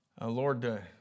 Lord